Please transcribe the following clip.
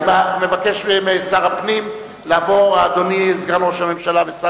אני מבקש מאדוני סגן ראש הממשלה ושר